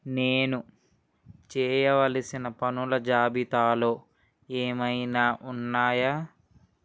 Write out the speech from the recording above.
నేను చేయవలసిన పనుల జాబితాలో ఏమైనా ఉన్నాయా